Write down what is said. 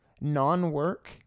non-work